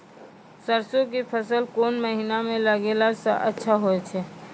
सरसों के फसल कोन महिना म लगैला सऽ अच्छा होय छै?